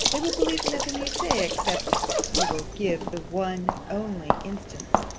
they will believe nothing you say except you will give the one only instance,